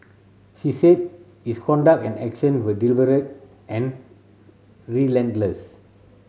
she said his conduct and action were deliberate and relentless